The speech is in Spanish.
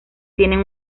tienen